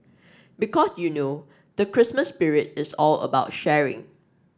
because you know the Christmas spirit is all about sharing